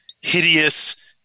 hideous